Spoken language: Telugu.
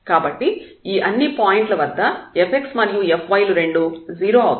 కాబట్టి ఈ అన్ని పాయింట్ల వద్ద fx మరియు fy లు రెండూ 0 అవుతాయి